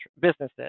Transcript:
businesses